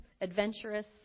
adventurous